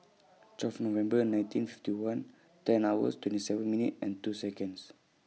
twelve November nineteen fifty one ten hours twenty seven minutes and two Seconds